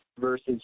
versus